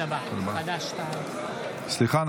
סליחה,